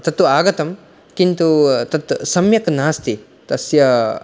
तत्तु आगतं किन्तु तत् सम्यक् नास्ति तस्य